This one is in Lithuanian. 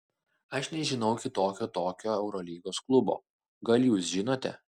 aš nežinau kito tokio eurolygos klubo gal jūs žinote